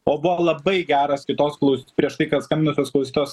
o buvo labai geras kitos klau prieš tai kad skambinančios klausytojos